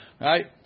right